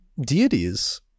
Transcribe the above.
deities